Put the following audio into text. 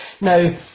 Now